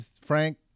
Frank